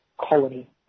colony